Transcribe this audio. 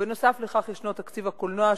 ובנוסף לכך ישנו תקציב הקולנוע,